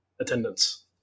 attendance